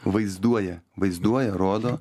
vaizduoja vaizduoja rodo